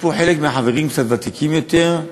חלק מהחברים כאן ותיקים יותר,